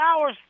hours